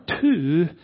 two